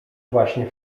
właśnie